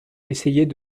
essayait